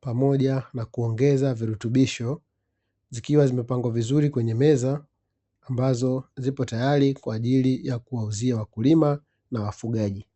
pamoja na kuongeza virutubisho. Zikiwa zimepangwa vizuri kwenye meza ambazo zipo tayari kwa ajili ya kuwauzia wakulima na wafugaji.